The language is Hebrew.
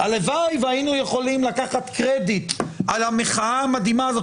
הלוואי והיינו יכולים לקחת קרדיט על המחאה המדהימה הזאת,